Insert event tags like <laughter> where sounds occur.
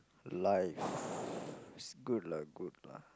life <laughs> is good lah good lah